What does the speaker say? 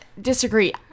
disagree